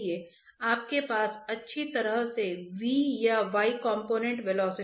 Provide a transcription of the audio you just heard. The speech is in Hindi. तो आप शेल बैलेंस से शुरू कर सकते हैं और अनुमान लगा सकते हैं और आप देखेंगे कि आपको यह मिल जाएगा